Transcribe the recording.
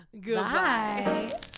Goodbye